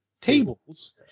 tables